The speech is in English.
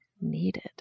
needed